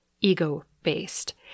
ego-based